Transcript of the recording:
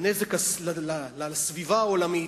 לנזק לסביבה העולמית.